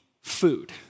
food